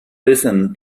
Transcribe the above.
listen